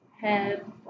head